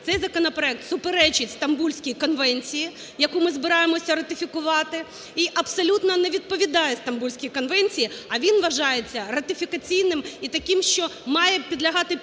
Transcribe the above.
цей законопроект суперечить Стамбульській конвенції, яку ми збираємося ратифікувати, і абсолютно не відповідає Стамбульській конвенції, а він вважається ратифікаційним і таким, що має підлягати під